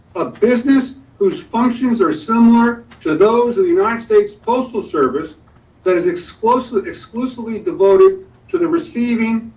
a business whose functions are similar to those of the united states postal service that is exclusively exclusively devoted to the receiving,